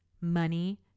money